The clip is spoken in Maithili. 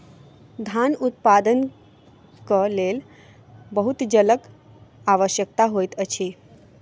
धान उत्पादनक लेल बहुत जलक आवश्यकता होइत अछि